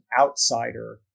outsider